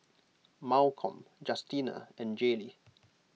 Malcom Justina and Jaylee